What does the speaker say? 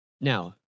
Now